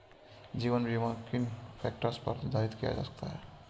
जीवन बीमा किन फ़ैक्टर्स पर निर्धारित किया जा सकता है?